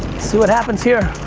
see what happens here.